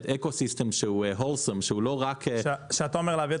אקוסיסטם שהוא לא רק --- כשאתה אומר להביא,